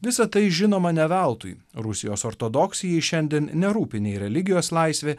visa tai žinoma ne veltui rusijos ortodoksijai šiandien nerūpi nei religijos laisvė